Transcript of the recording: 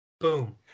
Boom